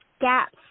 gaps